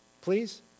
Please